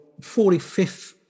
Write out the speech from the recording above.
45th